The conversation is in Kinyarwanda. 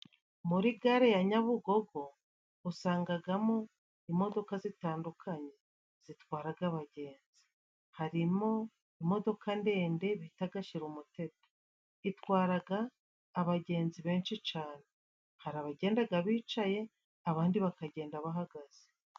Muri gare ya Nyabugogo usangagamo imodoka zitandukanye zitwaraga abagenzi, harimo imodoka ndende bitaga shirumuteto itwaraga abagenzi benshi cyane, hari abagendaga bicaye abandi bakagenda bahagaze.